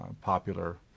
popular